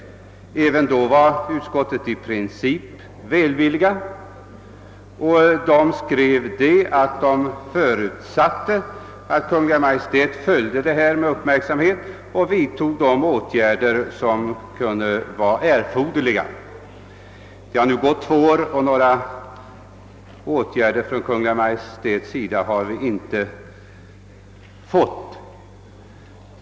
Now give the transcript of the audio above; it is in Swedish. Även då var utskottet i princip välvilligt och skrev att det förutsatte, att Kungl. Maj:t följde frågan med uppmärksamhet och vidtog de åtgärder som kunde vara erforderliga. Det har nu gått två år, och några åtgärder från Kungl. Maj:ts sida har inte vidtagits.